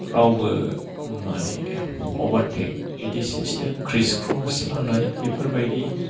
रावबो माने अभारटेक बिदि सिस्टेम क्रिसक्रस लानाय बेफोरबायदि